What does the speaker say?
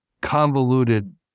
convoluted